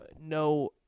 no